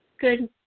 Good